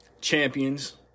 champions